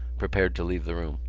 prepared to leave the room.